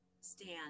stand